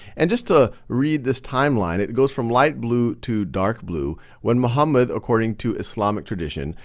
and just to read this timeline, it goes from light blue to dark blue when muhammad, according to islamic tradition,